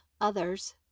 others